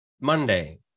Monday